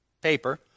paper